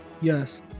yes